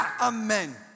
Amen